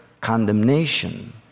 condemnation